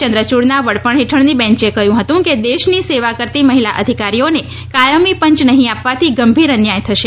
ચંદ્રયૂડના વડપણ હેઠળની બેન્ચે કહ્યું હતું કે દેશની સેવા કરતી મહિલા અધિકારીઓને કાયમી પંચ નહીં આપવાથી ગંભીર અન્યાય થશે